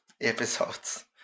episodes